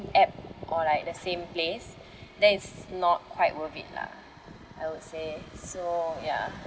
app or like the same place then it's not quite worth it lah I would say so yeah